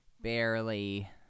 barely